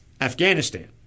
Afghanistan